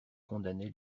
condamnait